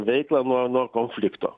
veiklą nuo nuo konflikto